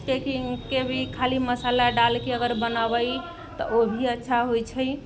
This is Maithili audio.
के कि के भी खाली मसाला डालके खाली अगर बनौबै तऽ ओ भी अच्छा होइ छै